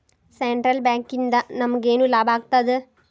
Central ಬ್ಯಾಂಕಿಂದ ನಮಗೇನ್ ಲಾಭಾಗ್ತದ?